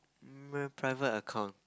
err private account